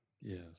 Yes